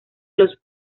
los